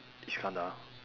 Iskandar